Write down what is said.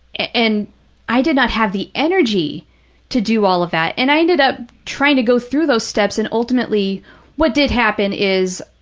and i did not have the energy to do all of that. and i ended up trying to go through those steps and ultimately what did happen is,